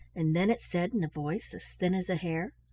and then it said in a voice as thin as a hair